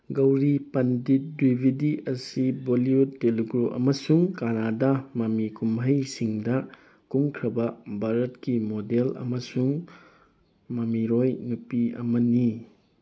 ꯒꯧꯔꯤ ꯄꯟꯗꯤꯠ ꯗꯤꯕꯤꯗꯤ ꯑꯁꯤ ꯕꯣꯂꯤꯋꯨꯠ ꯇꯦꯂꯨꯒꯨ ꯑꯃꯁꯨꯡ ꯀꯥꯅꯥꯗꯥ ꯃꯃꯤ ꯀꯨꯝꯍꯩꯁꯤꯡꯗ ꯀꯨꯝꯈ꯭ꯔꯕ ꯚꯥꯔꯠꯀꯤ ꯃꯣꯗꯦꯜ ꯑꯃꯁꯨꯡ ꯃꯤꯃꯤꯔꯣꯏ ꯅꯨꯄꯤ ꯑꯃꯅꯤ